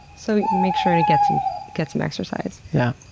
so make sure to get some get some exercise. yeah.